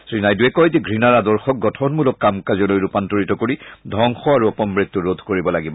শ্ৰী নাইডুৱে কয় যে ঘৃণাৰ আদৰ্শক গঠনমূলক কাম কাজলৈ ৰূপান্তৰিত কৰি ধবংস আৰু অপমৃত্যু ৰোধ কৰিব লাগিব